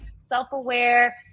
self-aware